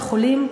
וחולים,